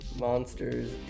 Monsters